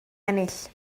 ennill